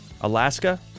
Alaska